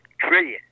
trillion